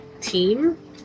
team